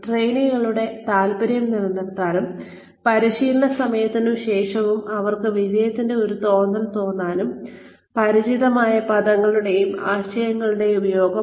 ട്രെയിനികളുടെ താൽപ്പര്യം നിലനിർത്താനും പരിശീലന സമയത്തും ശേഷവും അവർക്ക് വിജയത്തിന്റെ ഒരു തോന്നൽ നൽകാനും പരിചിതമായ പദങ്ങളുടെയും ആശയങ്ങളുടെയും ഉപയോഗം